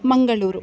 Mangaluru